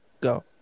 go